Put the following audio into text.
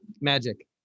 Magic